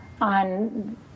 on